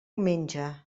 menja